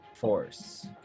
force